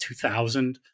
2000